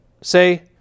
say